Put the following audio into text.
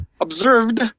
Observed